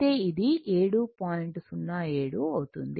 07 అవుతుంది